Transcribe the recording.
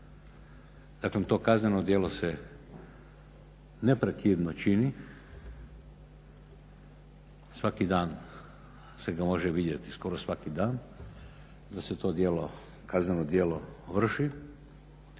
Dakle, to kazneno djelo se neprekidno čini, svaki dan se ga može vidjeti, skoro svaki dan, da se to kazneno djelo vrši.